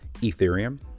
Ethereum